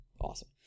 Awesome